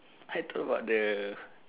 I told about the